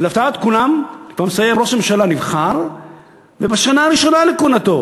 ולהפתעת כולם ראש ממשלה נבחר ובשנה הראשונה לכהונתו